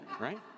right